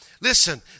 Listen